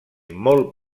molt